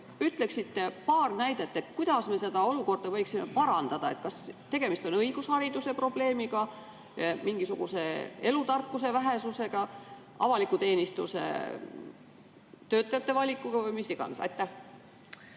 tooksite paar näidet, kuidas me seda olukorda võiksime parandada? Kas tegemist on õigushariduse probleemiga, mingisuguse elutarkuse vähesusega, avaliku teenistuse töötajate valikuga või millega iganes?